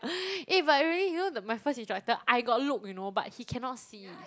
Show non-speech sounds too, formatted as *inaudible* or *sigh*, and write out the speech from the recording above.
*breath* eh but really you know the my first instructor I got look you know but he cannot see